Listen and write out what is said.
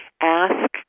ask